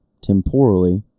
temporally